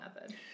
method